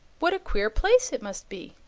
what a queer place it must be!